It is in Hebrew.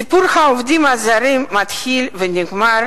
סיפור העובדים הזרים מתחיל ונגמר